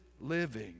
living